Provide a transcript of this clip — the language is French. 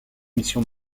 mission